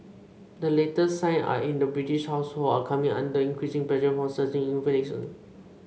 the latest sign are in the British household are coming under increasing pressure from surging inflation